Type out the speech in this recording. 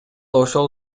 ошол